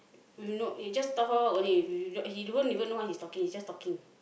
eh no he will just talk only h~ he don't even know what he's talking he just talking